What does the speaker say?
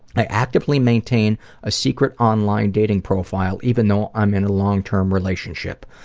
i actively maintain a secret online dating profile even though i'm in a long term relationship.